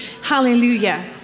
Hallelujah